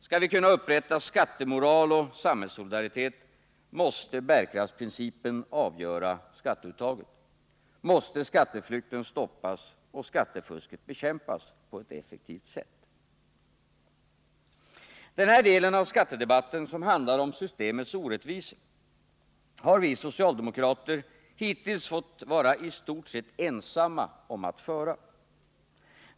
Skall vi kunna upprätta skattemoral och samhällssolidaritet måste bärkraftsprincipen avgöra skatteuttaget, skatteflykten stoppas och skattefusket bekämpas på ett effektivt sätt. Den del av skattedebatten som handlar om systemets orättvisor har vi socialdemokrater hittills fått vara i stort sett ensamma om att föra.